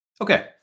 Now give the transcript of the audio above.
Okay